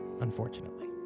Unfortunately